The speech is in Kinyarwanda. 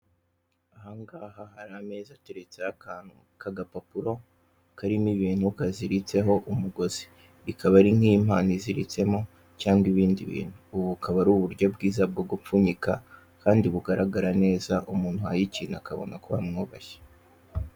Ahangaha hari ameza ateretseho akantu k'agapapuro karimo ibintu kaziritseho umugozi. Ikaba iri n'impano iziritsemo cyangwa ibindi bintu, ubu bukaba ari uburyo bwiza bwo gupfunyika kandi bugaragara neza umuntu uhaye ikintu akabona ko wamwubashye.